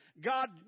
God